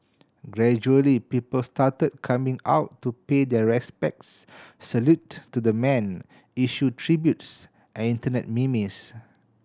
gradually people started coming out to pay their respects salute to the man issue tributes and Internet memes